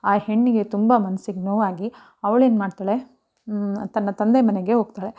ಆ ಹೆಣ್ಣಿಗೆ ತುಂಬ ಮನ್ಸಿಗೆ ನೋವಾಗಿ ಅವಳೇನು ಮಾಡ್ತಳೆ ತನ್ನ ತಂದೆಯ ಮನೆಗೆ ಹೋಗ್ತಳೆ